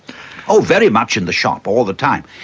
ah very much in the shop all the time.